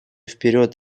вперед